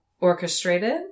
orchestrated